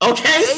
Okay